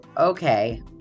Okay